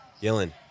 Gillen